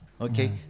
okay